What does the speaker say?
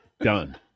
done